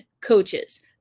coaches